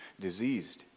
diseased